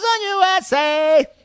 USA